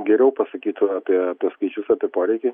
geriau pasakytų apie tuos skaičius apie poreikį